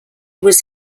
was